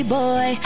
boy